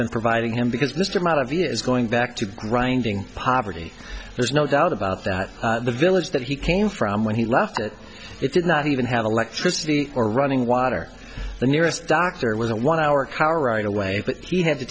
been providing him because mr amount of years going back to grinding poverty there's no doubt about that the village that he came from when he left it did not even have electricity or running water the nearest doctor was a one hour car ride away but he had to